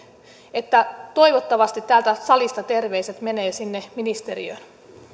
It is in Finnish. että toivottavasti täältä salista terveiset menevät sinne ministeriöön